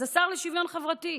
אז השר לשוויון חברתי,